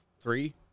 Three